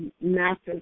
massive